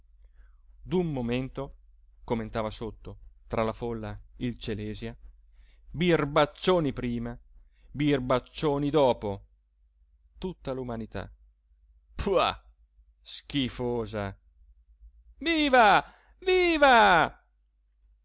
d'un momento commentava sotto tra la folla il celèsia birbaccioni prima birbaccioni dopo tutta l'umanità puàh schifosa viva viva